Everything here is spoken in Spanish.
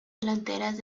delanteras